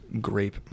grape